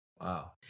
Wow